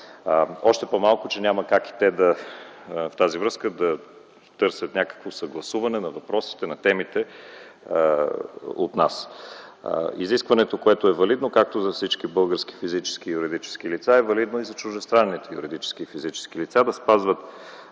още по-малко, че няма как те в тази връзка да търсят някакво съгласуване на въпросите, на темите от нас. Изискването, което е валидно както за всички български физически и юридически лица, е валидно и за чуждестранните юридически и физически лица, да спазват